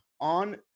on